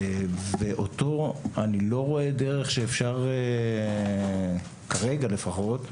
ולגביו אני לא רואה דרך שאפשר כרגע, לפחות,